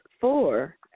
four